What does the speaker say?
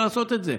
אפשר לעשות את זה.